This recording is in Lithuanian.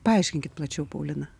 paaiškinkit plačiau paulina